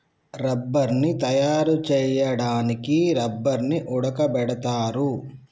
రబ్బర్ని తయారు చేయడానికి రబ్బర్ని ఉడకబెడతారు